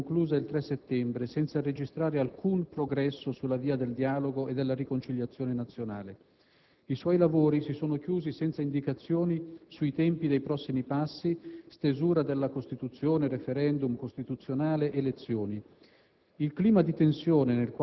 la convenzione nazionale, si è conclusa il tre settembre, senza registrare alcun progresso sulla via del dialogo e della riconciliazione nazionale. I suoi lavori si sono chiusi senza indicazioni sui tempi dei prossimi passi: stesura della Costituzione, *referendum* costituzionale, elezioni.